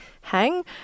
hang